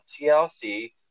TLC